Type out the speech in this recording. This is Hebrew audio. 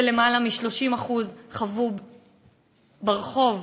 ולמעלה מ-30% חוו ברחוב,